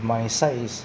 my side is